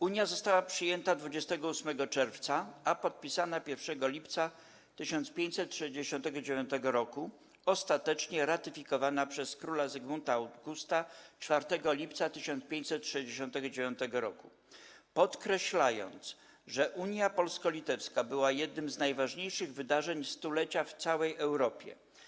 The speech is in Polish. Unia została przyjęta 28 czerwca, a podpisana 1 lipca 1569 roku, ostatecznie ratyfikowana przez króla Zygmunta Augusta 4 lipca 1569; podkreślając, że unia polsko-litewska była jednym z najważniejszych wydarzeń stulecia w całej Europie.